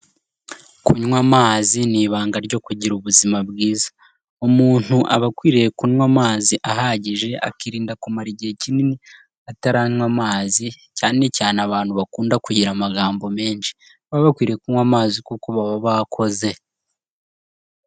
Kunywa amazi ni ibanga ryo kugira ubuzima bwiza! Umuntu aba akwiriye kunywa amazi ahagije, akirinda kumara igihe kinini ataranywa amazi, cyanecyane abantu bakunda kugira amagambo menshi baba bakwiriye kunywa amazi kuko baba bakoze.